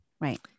right